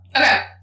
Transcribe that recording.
Okay